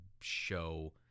show